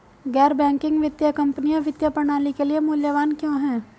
गैर बैंकिंग वित्तीय कंपनियाँ वित्तीय प्रणाली के लिए मूल्यवान क्यों हैं?